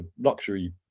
luxury